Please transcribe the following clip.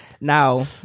Now